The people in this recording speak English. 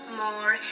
more